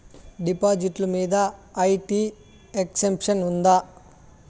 డిపాజిట్లు మీద IT exemption ఉందా?